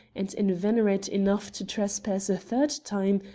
and in veterate enough to trepass a third time,